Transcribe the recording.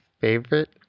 favorite